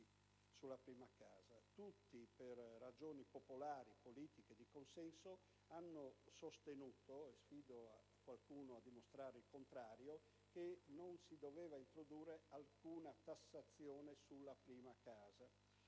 Tutti, per ragioni popolari, politiche e di consenso, hanno sostenuto (e sfido qualcuno a dimostrare il contrario) che non si doveva introdurre alcuna tassazione sulla prima casa.